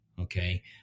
Okay